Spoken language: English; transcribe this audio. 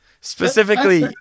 Specifically